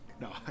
no